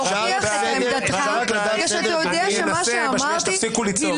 אני שואלת אותו, לא